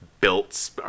built